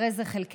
הרי זה חלקנו.